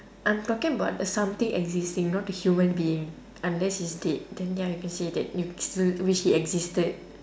I'm talking about the something existing not the human being unless he's dead then ya you can say that you still wish he existed